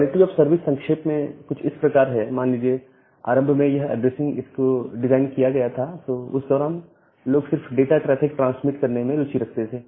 quality of service संक्षेप में कुछ इस प्रकार है मान लीजिए जब आरंभ में यह ऐड्रेसिंग इसकी डिजाइन किया गया था तो उस दौरान लोग सिर्फ डाटा ट्रेफिक ट्रांसमीट करने में रुचि रखते थे